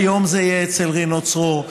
היום זה יהיה אצל רינו צרור.